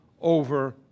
over